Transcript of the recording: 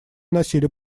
носили